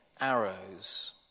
arrows